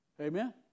Amen